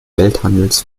welthandels